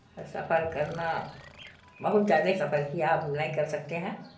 اور سفر کرنا بہت زیادہ سفر کیا اب نہیں کر سکتے ہیں